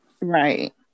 Right